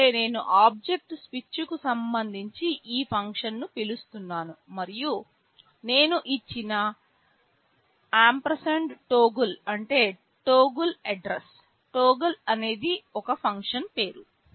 rise అంటే నేను object స్విచ్కు సంబంధించి ఈ ఫంక్షన్ను పిలుస్తున్నాను మరియు నేను ఇచ్చిన టోగుల్toggle అంటే టోగుల్ అడ్రస్ టోగుల్ అనేది ఒక ఫంక్షన్ పేరు